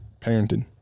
Parenting